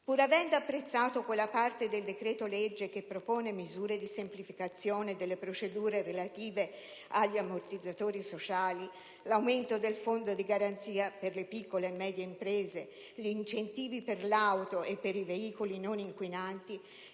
Pur avendo apprezzato quella parte del decreto-legge che propone misure di semplificazione delle procedure relative agli ammortizzatori sociali, l'aumento del Fondo di garanzia per le piccole e medie imprese, gli incentivi per l'auto e per i veicoli non inquinanti